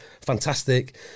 fantastic